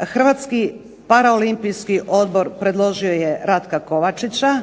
Hrvatski paraolimpijski odbor predložio je Ratka Kovačića,